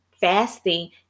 fasting